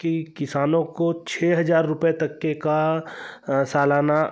कि किसानों को छ हजार रुपए तक के का सालाना